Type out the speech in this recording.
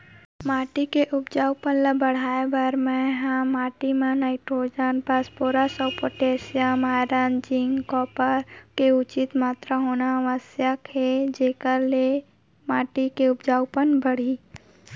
माटी के उपजाऊपन ल बढ़ाय बर मैं का कर सकथव?